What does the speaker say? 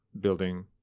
building